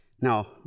Now